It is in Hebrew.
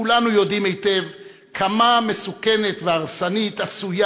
כולנו יודעים היטב כמה מסוכנת והרסנית עשויה